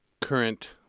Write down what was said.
current